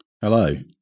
Hello